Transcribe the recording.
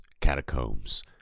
catacombs